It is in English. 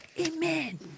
Amen